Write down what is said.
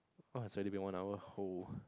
!wah! it's already been one hour [ho]